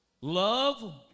love